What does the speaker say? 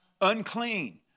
unclean